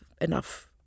enough